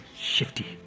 shifty